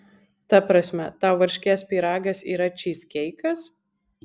ta prasme tau varškės pyragas yra čyzkeikas